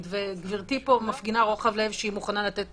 גברתי מפגינה פה רוחב לב שהיא מוכנה לתת